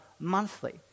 monthly